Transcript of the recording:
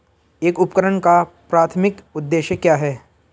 एक उपकरण का प्राथमिक उद्देश्य क्या है?